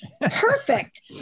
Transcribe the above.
perfect